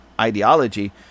ideology